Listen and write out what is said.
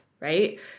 right